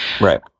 Right